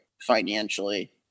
financially